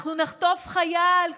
אנחנו נחטוף חייל,